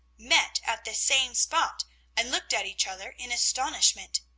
met at the same spot and looked at each other in astonishment.